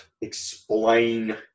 explain